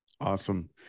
Awesome